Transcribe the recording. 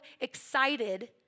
excited